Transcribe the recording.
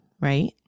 right